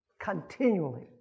continually